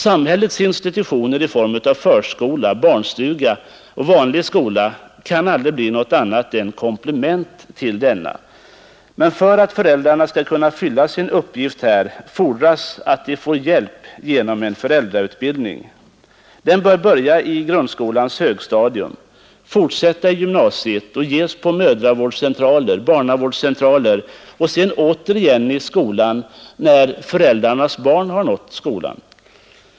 Samhällets institutioner i form av förskola, barnstuga och vanlig skola kan aldrig bli något annat än komplement till denna. Men för att föräldrarna skall kunna fylla sin uppgift här fordras att de får hjälp genom en föräldrautbildning. Den bör börja på grundskolans högstadium, fortsätta i gymnasiet och ges på mödravårdscentraler, barnavårdscentraler och sedan återigen i skolan, när föräldrarnas barn har nått skolan.